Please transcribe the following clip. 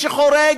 כשמישהו חורג,